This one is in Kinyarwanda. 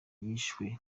wishwe